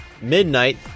midnight